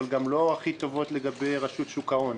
אבל גם לא הכי טובות לגבי רשות שוק ההון.